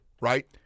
right